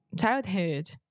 childhood